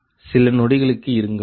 சில நொடிகளுக்கு இருங்கள்